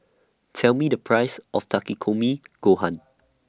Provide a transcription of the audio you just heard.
Tell Me The Price of Takikomi Gohan